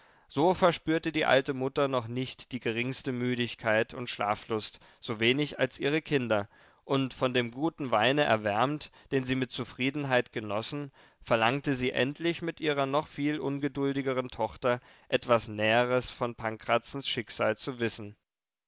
so verspürte die alte mutter noch nicht die geringste müdigkeit und schlaflust so wenig als ihre kinder und von dem guten weine erwärmt den sie mit zufriedenheit genossen verlangte sie endlich mit ihrer noch viel ungeduldigeren tochter etwas näheres von pankrazens schicksal zu wissen